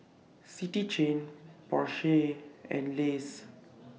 City Chain Porsche and Lays